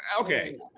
okay